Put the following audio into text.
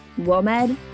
WOMED